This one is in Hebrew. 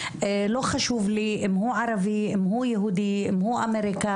לא חשוב לי אם הוא ערבי או אם הוא יהודי או אם הוא אמריקאי,